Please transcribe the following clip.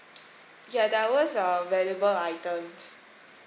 ya there was err valuable item